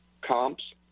comps